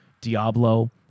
Diablo